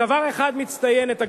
בדבר אחד הגברת לבני מצטיינת,